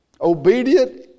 Obedient